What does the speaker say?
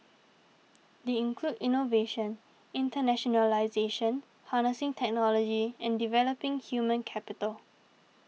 they include innovation internationalisation harnessing technology and developing human capital